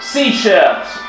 Seashells